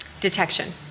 detection